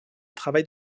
travaille